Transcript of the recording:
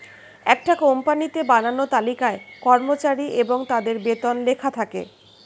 একটা কোম্পানিতে বানানো তালিকায় কর্মচারী এবং তাদের বেতন লেখা থাকে